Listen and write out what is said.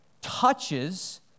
touches